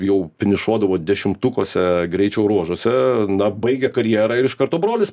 jau finišuodavo dešimtukuose greičio ruožuose na baigė karjerą ir iš karto brolis